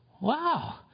Wow